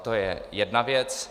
To je jedna věc.